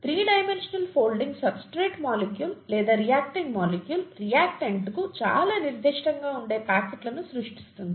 three dimensional folding substrate molecule లేదా reacting molecule రియాక్టెంట్కు చాలా నిర్దిష్టంగా ఉండే పాకెట్లను సృష్టిస్తుంది